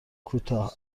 کوتاه